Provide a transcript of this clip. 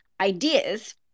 ideas